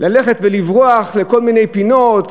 ללכת ולברוח לכל מיני פינות,